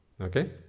Okay